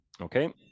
Okay